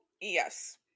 Yes